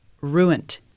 Ruined